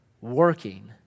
working